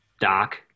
Doc